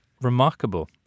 Remarkable